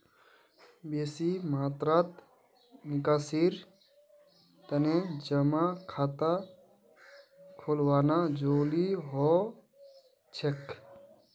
बेसी मात्रात निकासीर तने जमा खाता खोलवाना जरूरी हो छेक